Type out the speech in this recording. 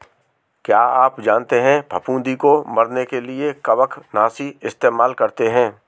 क्या आप जानते है फफूंदी को मरने के लिए कवकनाशी इस्तेमाल करते है?